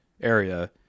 area